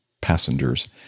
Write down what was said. passengers